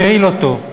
והרעיל אותו.